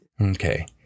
Okay